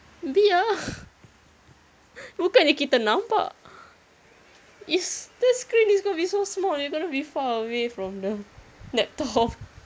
biar ah bukannya kita nampak it's the screen is going to be so small we're gonna be far away from the laptop